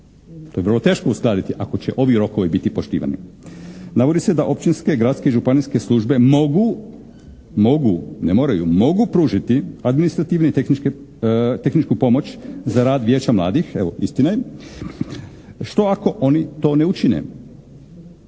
To je vrlo teško uskladiti ako će ovi rokovi biti poštivani. Navodi se da općinske, gradske i županijske službe mogu, mogu, ne moraju, mogu pružiti administrativne i tehničke, tehničku pomoć za rad Vijeća mladih, evo istina je. Što ako oni to ne učine?